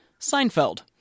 Seinfeld